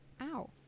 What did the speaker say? ow